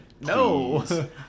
no